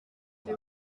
mais